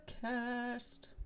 cast